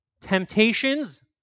temptations